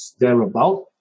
thereabout